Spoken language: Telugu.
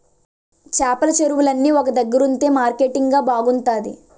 చేపల చెరువులన్నీ ఒక దగ్గరుంతె మార్కెటింగ్ బాగుంతాది